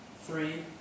three